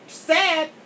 sad